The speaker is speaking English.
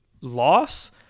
loss